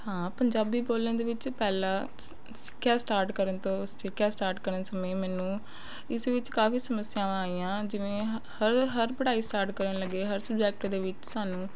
ਹਾਂ ਪੰਜਾਬੀ ਬੋਲਣ ਦੇ ਵਿੱਚ ਪਹਿਲਾਂ ਸਿ ਸਿ ਸਿੱਖਿਆ ਸਟਾਰਟ ਕਰਨ ਤੋਂ ਸਿੱਖਿਆ ਸਟਾਰਟ ਕਰਨ ਸਮੇਂ ਮੈਨੂੰ ਇਸ ਵਿੱਚ ਕਾਫ਼ੀ ਸਮੱਸਿਆਵਾਂ ਆਈਆਂ ਜਿਵੇਂ ਹ ਹਰ ਹਰ ਪੜ੍ਹਾਈ ਸਟਾਰਟ ਕਰਨ ਲੱਗੇ ਹਰ ਸਬਜੈਕਟ ਦੇ ਵਿੱਚ ਸਾਨੂੰ